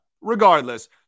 regardless